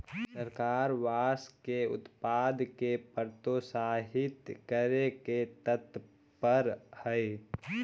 सरकार बाँस के उत्पाद के प्रोत्साहित करे में तत्पर हइ